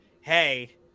hey